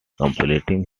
completing